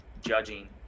judging